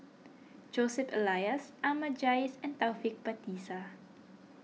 Joseph Elias Ahmad Jais and Taufik Batisah